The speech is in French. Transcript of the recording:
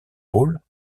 pôle